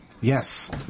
yes